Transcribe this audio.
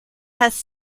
has